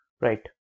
right